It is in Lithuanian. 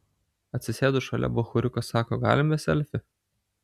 atsisėdo šalia bachūriukas sako galime selfį